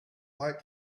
fight